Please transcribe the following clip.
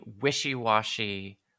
wishy-washy